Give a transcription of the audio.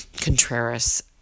Contreras